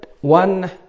one